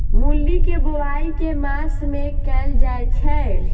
मूली केँ बोआई केँ मास मे कैल जाएँ छैय?